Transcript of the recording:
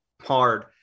hard